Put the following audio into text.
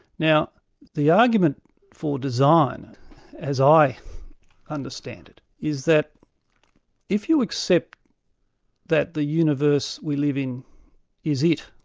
now the argument for design as i understand it, is that if you accept that the universe we live in is it,